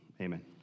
Amen